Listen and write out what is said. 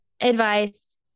advice